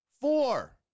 Four